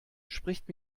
spricht